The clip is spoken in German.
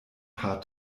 paar